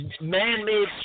man-made